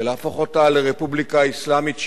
ולהפוך אותה לרפובליקה אסלאמית שיעית,